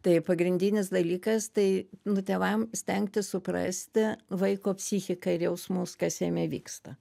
tai pagrindinis dalykas tai nu tėvam stengtis suprasti vaiko psichiką ir jausmus kas jame vyksta